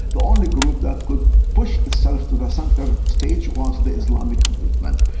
the only group that could push itself to the centre stage was the islamic movement.